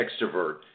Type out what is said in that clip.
extrovert